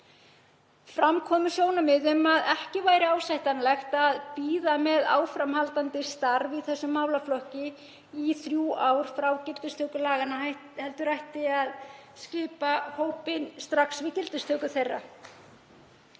Fram komu sjónarmið um að ekki væri ásættanlegt að bíða með áframhaldandi starf í þessum málaflokki í þrjú ár frá gildistöku laganna heldur ætti að skipa hópinn við gildistöku þeirra.